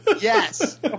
yes